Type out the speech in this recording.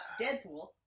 Deadpool